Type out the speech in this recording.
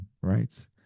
right